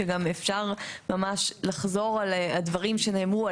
שגם אפשר ממש לחזור על הדברים שנאמרו,